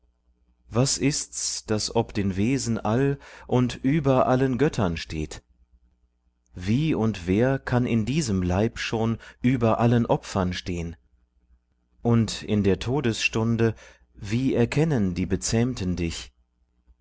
was ist's das ob den wesen all und über allen göttern steht wie und wer kann in diesem leib schon über allen opfern stehn und in der todesstunde wie erkennen die bezähmten dich